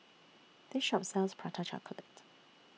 This Shop sells Prata Chocolate